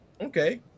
okay